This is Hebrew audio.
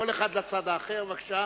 כל אחד לצד האחר, בבקשה,